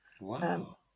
Wow